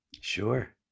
Sure